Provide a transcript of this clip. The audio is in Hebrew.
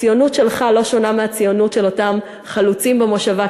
הציונות שלך לא שונה מהציונות של אותם חלוצים במושבה כינרת.